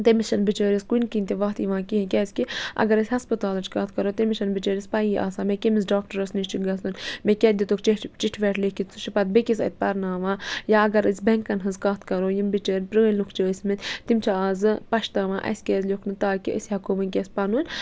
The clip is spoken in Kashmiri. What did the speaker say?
تٔمِس چھَنہٕ بِچٲرِس کُنہِ کِنۍ تہِ وَتھ یِوان کِہیٖنۍ کیٛازِکہِ اگر أسۍ ہَسپَتالٕچ کَتھ کَرو تٔمِس چھَنہٕ بِچٲرِس پَیی آسان مےٚ کٔمِس ڈاکٹرٛس نِش چھِ گژھُن مےٚ کیٛاہ دِتُکھ چِٹھِ پٮ۪ٹھ لیکھِتھ سُہ چھِ پَتہٕ بیٚکِس اَتھِ پَرناوان یا اگر أسۍ بٮ۪نٛکَن ہٕںٛز کَتھ کَرو یِم بِچٲرۍ پرٛٲنۍ لُکھ چھِ ٲسۍمٕتۍ تِم چھِ اَزٕ پَشتاوان اَسہِ کیٛازِ لیوکھ نہٕ تاکہِ أسۍ ہٮ۪کہو وٕنۍکٮ۪س پَنُن